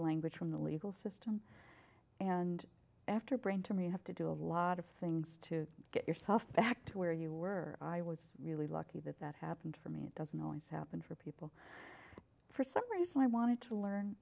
language from the legal system and after brain tumor you have to do a lot of things to get yourself back to where you were i was really lucky that that happened for me it doesn't always happen for people for some reason i wanted to learn